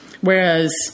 Whereas